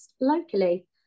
locally